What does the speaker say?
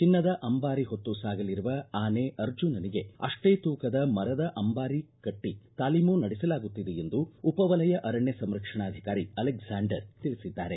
ಚಿನ್ನದ ಅಂಬಾರಿ ಹೊತ್ತು ಸಾಗಲಿರುವ ಆನೆ ಅರ್ಜುನನಿಗೆ ಅಷ್ಟೇ ತೂಕದ ಮರದ ಅಂಬಾರಿ ಕಟ್ಟಿ ತಾಲೀಮು ನಡೆಸಲಾಗುತ್ತಿದೆ ಎಂದು ಉಪ ವಲಯ ಅರಣ್ಯ ಸಂರಕ್ಷಣಾಧಿಕಾರಿ ಅಲೆಕ್ಸಾಂಡರ್ ತಿಳಿಸಿದ್ದಾರೆ